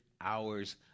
hours